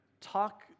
talk